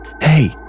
Hey